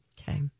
Okay